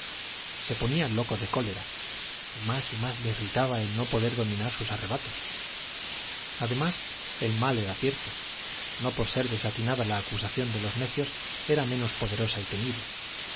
más y más le irritaba el no poder dominar sus arrebatos además el mal era cierto no por ser desatinada la acusación de los necios era menos poderosa y temible